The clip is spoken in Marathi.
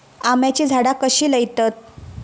आम्याची झाडा कशी लयतत?